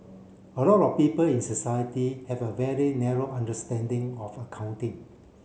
a lot of people in society have a very narrow understanding of accounting